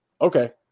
okay